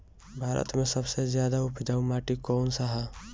भारत मे सबसे ज्यादा उपजाऊ माटी कउन सा ह?